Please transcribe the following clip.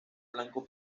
blanco